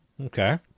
okay